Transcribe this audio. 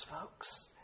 folks